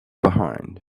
behind